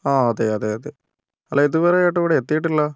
അതെ അതെ അതെ അതെ അല്ല ഇതുവരെയായിട്ടിവിടെ എത്തിയിട്ടില്ലാ